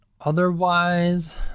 Otherwise